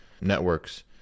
networks